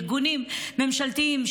ארגונים ממשלתיים,